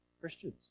Christians